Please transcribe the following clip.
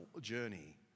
journey